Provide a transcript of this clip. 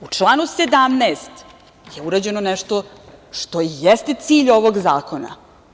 U članu 17. je urađeno nešto što i jeste cilj ovog zakona.